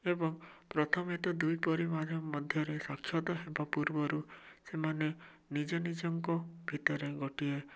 ଏବଂ ପ୍ରଥମେ ତ ଦୁଇ ପରିବାର ମଧ୍ୟରେ ସାକ୍ଷାତ ହେବା ପୂର୍ବରୁ ସେମାନେ ନିଜ ନିଜଙ୍କ ଭିତରେ ଗୋଟିଏ